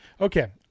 Okay